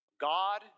God